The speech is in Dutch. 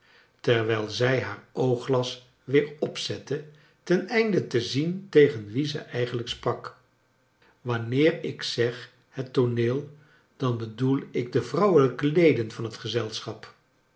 terwijl zij haar oogglas weer opzette ten einde te zien tegen wie zij eigenlijk sprak wanneer ik zeg het tooneel dan bedoel ik de vrouwelijke leden van het gezelschap